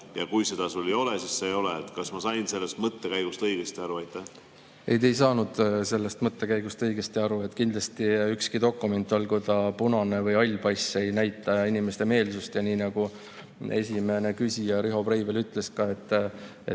ja kui sul seda ei ole, siis sa ei ole? Kas ma sain sellest mõttekäigust õigesti aru? Ei, te ei saanud sellest mõttekäigust õigesti aru. Kindlasti ükski dokument, olgu punane või hall pass, ei näita inimeste meelsust. Esimene küsija Riho Breivel ütles ka, et